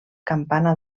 campana